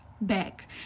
back